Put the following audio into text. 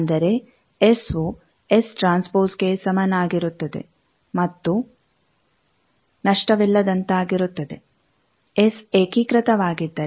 ಅಂದರೆ ಎಸ್ ವು ಎಸ್ ಟ್ರಾನ್ಸ್ಪೋಸ್ಗೆ ಸಮನಾಗಿರುತ್ತದೆ ಮತ್ತು ನಷ್ಟವಿಲ್ಲದಂತಾಗಿರುತ್ತದೆ ಎಸ್ ಏಕೀಕೃತವಾಗಿದ್ದರೆ